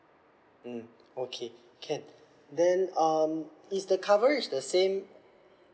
mm okay can then um is the coverage the same